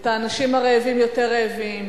את האנשים הרעבים יותר רעבים,